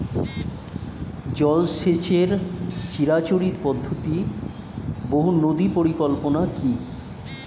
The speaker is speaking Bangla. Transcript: জল সেচের চিরাচরিত পদ্ধতি বহু নদী পরিকল্পনা কি?